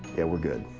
and we're good.